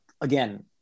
again